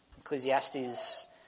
Ecclesiastes